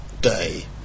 day